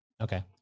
Okay